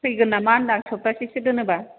थैगोन नामा होनदां सप्तासेसो दोनोबा